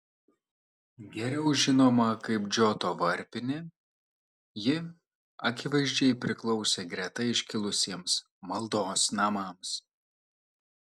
geriau žinoma kaip džoto varpinė ji akivaizdžiai priklausė greta iškilusiems maldos namams